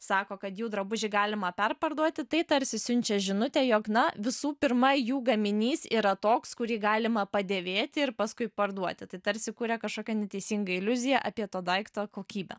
sako kad jų drabužį galima perparduoti tai tarsi siunčia žinutę jog na visų pirma jų gaminys yra toks kurį galima padėvėti ir paskui parduoti tai tarsi kuria kažkokią neteisingą iliuziją apie to daikto kokybę